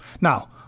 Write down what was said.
Now